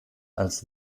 als